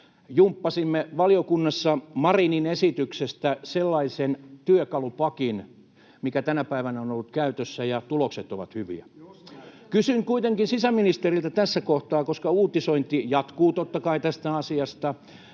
Jumppasimme valiokunnassa Marinin esityksestä sellaisen työkalupakin, mikä tänä päivänä on ollut käytössä, ja tulokset ovat hyviä. [Ben Zyskowicz: Just näin!] Kysyn kuitenkin sisäministeriltä tässä kohtaa, koska uutisointi jatkuu totta kai tästä asiasta,